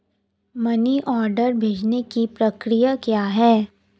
Money order भेजने की प्रक्रिया क्या है?